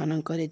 ମାନଙ୍କରେ